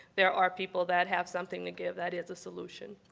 there are people that have something to give that is a solution.